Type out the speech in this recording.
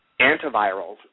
antivirals